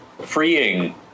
freeing